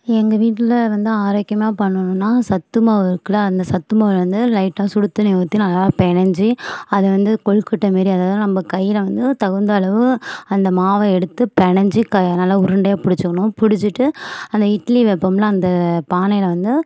எங்கள் வீட்டில் வந்த ஆரோக்கியமாக பண்ணணும்ன்னா சத்துமாவு இருக்குதுல்ல அந்த சத்துமாவில் வந்து லைட்டாக சுடு தண்ணி ஊற்றி நல்லா பெசைஞ்சி அதை வந்து கொலுக்கட்டை மாதிரி அதல்லாம் நம்ம கையில் வந்து தகுந்த அளவு அந்த மாவை எடுத்து பெசைஞ்சி கை நல்லா உருண்டையை புடிச்சிக்கணும் புடிச்சிட்டு அந்த இட்லி வைப்போம்ல அந்த பானையில் வந்து